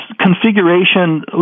configuration